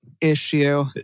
issue